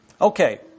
Okay